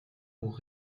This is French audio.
pour